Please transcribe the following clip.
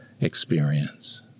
experience